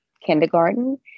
kindergarten